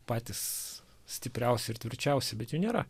patys stipriausi ir tvirčiausi bet jų nėra